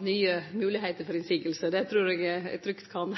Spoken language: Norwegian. nye moglegheiter for innvendingar til fylkesmannen – det trur eg eg trygt kan